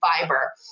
fiber